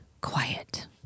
quiet